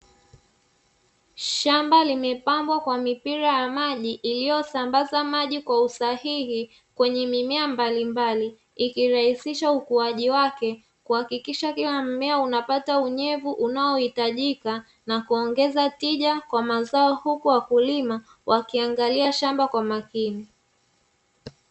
Shamba limepambwa kwa mipira ya maji, iliyosambaza maji kwa usahihi kwenye mimea mbalimbali, ikirahisisha ukuaji wake kuhakikisha kila mmea unapata unyevu unaohiitajika, na kuongeza tija kwa mazao, huku wakulima wakiangalia shamba kwa makini.